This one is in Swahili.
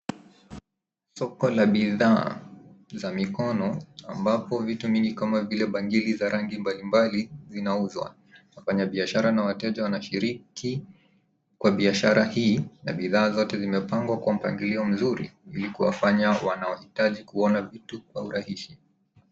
Soko la bihdaa za mikono ambapo vitu vingi kama vile bangili za rangi mbalimbali zinauzwa. Wafanyabiashara na wateja wanashiriki kwa biashara hii na bidhaa zote zimepangwa kwa mpangilio mzuri ili kuwafanya wanaohitaji kuona vitu kwa urahisi.